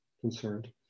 concerned